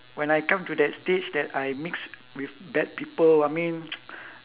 when I come to that stage that I mix with bad people I mean